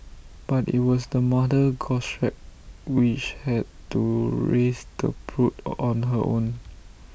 but IT was the mother goshawk which had to raise the brood on her own